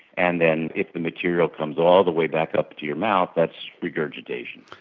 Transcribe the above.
and then if the material comes all the way back up to your mouth, that's regurgitation.